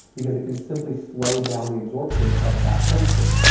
because it can simply slow down the absorption of that protein.